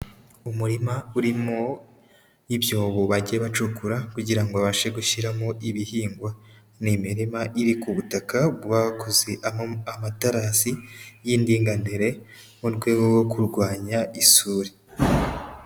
Umurima urimo ibyobo bagiye bacukura kugira ngo babashe gushyiramo ibihingwa, ni imirima iri ku butaka bakoze amaterasi y'indinganire mu rwego rwo kurwanya isuri.